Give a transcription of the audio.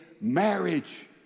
marriage